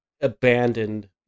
abandoned